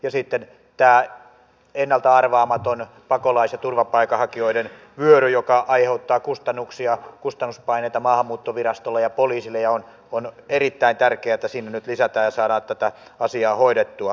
sitten on tämä ennalta arvaamaton pakolaisten ja turvapaikanhakijoiden vyöry joka aiheuttaa kustannuksia kustannuspaineita maahanmuuttovirastolle ja poliisille ja on erittäin tärkeää että sinne nyt lisätään ja saadaan tätä asiaa hoidettua